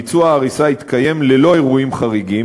ביצוע ההריסה התקיים ללא אירועים חריגים,